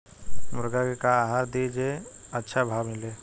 मुर्गा के का आहार दी जे से अच्छा भाव मिले?